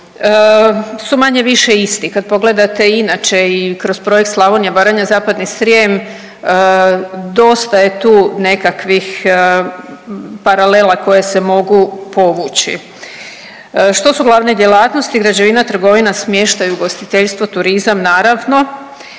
su manje-više isti, kad pogledate i inače i kroz projekt Slavonija, Baranja, zapadni Srijem, dosta je tu nekakvih paralela koje se mogu povući. Što su glavne djelatnosti? Građevina, trgovina, smještaj, ugostiteljstvo, turizam, naravno,